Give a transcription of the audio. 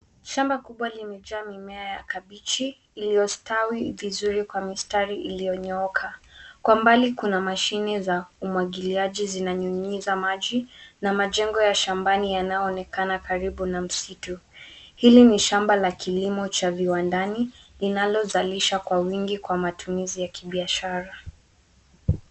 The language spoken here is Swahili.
Shamba kubwa iliyojaa mimea ya kabeji iliyostawi vizuri kwa mistari iliyonyooka. Kwa mbali kuna mashine za umwangiliaji zinanyunyiza maji na majengo ya shambani yanayoonekana karibu na msitu. Hili ni shamba la kilimo cha viwandani linalozalisha kwa wingi kwa matumizi ya kibiashara.